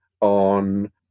on